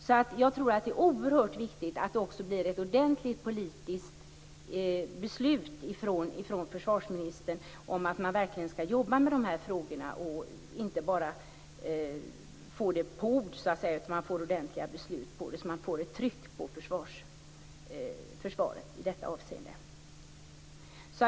Därför tror jag att det är oerhört viktigt att det blir ett ordentligt politiskt beslut från försvarsministern om att man skall jobba med de här frågorna. Det skall inte bara bli ord utan ordentliga beslut, så att det blir ett tryck på försvaret i detta avseende.